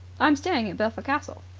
i'm staying at belpher castle.